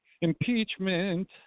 Impeachment